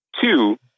two